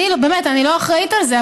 אני לא אחראית לזה,